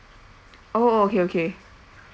oh okay okay